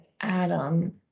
Adam